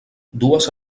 dues